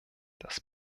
das